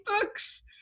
books